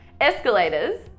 Escalators